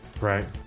Right